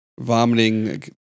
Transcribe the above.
vomiting